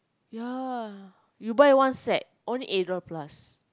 ya you buy one set only eight dollar plus